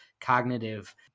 cognitive